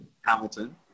Hamilton